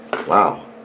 Wow